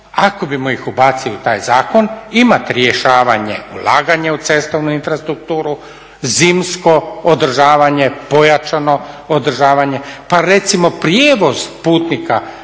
ako bismo ih ubacili u taj zakon imat rješavanje ulaganje u cestovnu infrastrukturu, zimsko održavanje, pojačano održavanje pa recimo prijevoz putnika